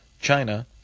China